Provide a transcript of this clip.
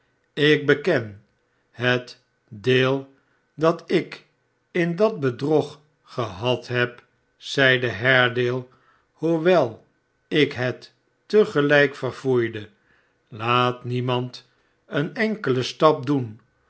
sik beken het deel dat ik in dat bedrog gehad heb zeide haredale hoewel ik het te gelijk verfoeide laat niemand een enkelen stap doen